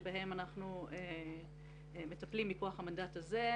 בהם אנחנו מטפלים מכוח המנדט הזה.